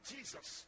Jesus